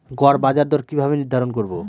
গড় বাজার দর কিভাবে নির্ধারণ করব?